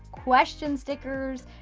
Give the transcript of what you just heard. question stickers,